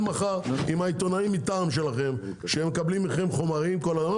מחר עם העיתונאים שמקבלים ממכם חומרים כל היום,